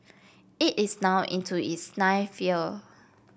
it is now into its ninth year